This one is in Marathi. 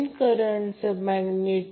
तर VL√3 अँगल 90°Zy